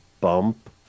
bump